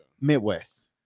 Midwest